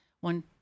one